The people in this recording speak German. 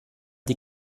die